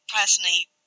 personally